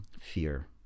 fear